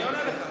אני עונה לך.